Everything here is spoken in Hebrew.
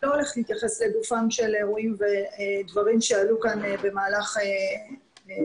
לא הולכת להתייחס לגופם של אירועים ודברים שעלו כאן במהלך ההתייחסויות